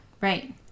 right